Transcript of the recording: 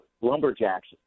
Lumberjacks